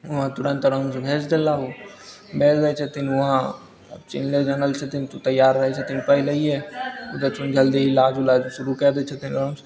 वहाँ तुरन्त आरामसँ भेज देलहुँ भेज दै छथिन वहाँ चिन्हले जानल छथिन तऽ तैयार रहय छथिन पहिलहे जल्दी इलाज उलाज शुरू कए दै छथिन आरामसँ